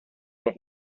noch